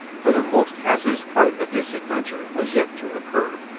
for the most hazardous part of this adventure was yet to occur,